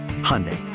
Hyundai